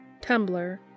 Tumblr